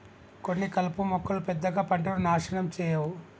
కొన్ని కలుపు మొక్కలు పెద్దగా పంటను నాశనం చేయవు